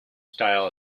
style